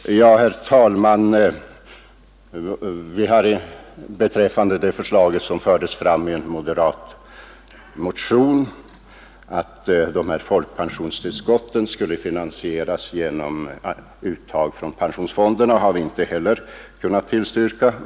Herr talman! Det förslag som förts fram i en moderatmotion, att folkpensionstillskotten skulle finansieras genom uttag från pensionsfonderna, har vi inte heller kunnat tillstyrka.